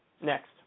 Next